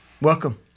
welcome